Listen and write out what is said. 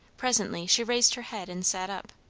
presently she raised her head and sat up.